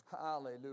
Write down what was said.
Hallelujah